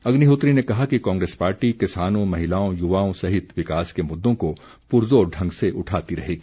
अग्निहोत्री ने कहा कि कांग्रेस पार्टी किसानों महिलाओं युवाओं सहित विकास के मुद्दों को पुरज़ोर ढंग से उठाती रहेगी